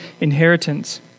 inheritance